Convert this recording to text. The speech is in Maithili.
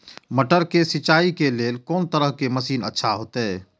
मटर के सिंचाई के लेल कोन तरह के मशीन अच्छा होते?